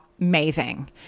amazing